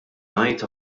ngħid